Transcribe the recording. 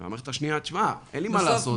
והמערכת השנייה תגיד: אין לי מה לעשות,